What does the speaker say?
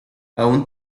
aún